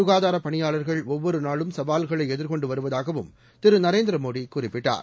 சுகாதார பணியாளர்கள் ஒவ்வொரு நாளும் சவால்களை எதிர்கொண்டு வருவதாகவும் திரு நரேந்திரமோடி குறிப்பிட்டார்